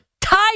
tied